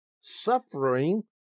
suffering